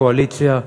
קואליציה ואופוזיציה,